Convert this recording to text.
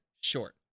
short